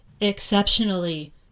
exceptionally